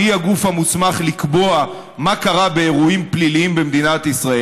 שהיא הגוף המוסמך לקבוע מה קרה באירועים פליליים במדינת ישראל.